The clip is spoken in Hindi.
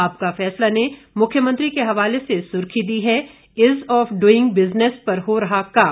आपका फैसला ने मुख्यमंत्री के हवाले से सुर्खी दी है ईज़ ऑफ ड्रइंग बिजनेस पर हो रहा काम